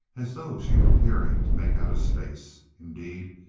as though she were peering to make out his face. indeed,